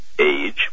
age